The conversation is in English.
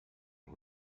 are